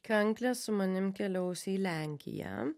kanklės su manim keliaus į lenkiją